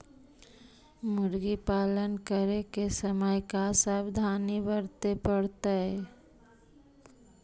मुर्गी पालन करे के समय का सावधानी वर्तें पड़तई?